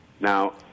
Now